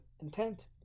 intent